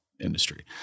industry